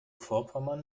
vorpommern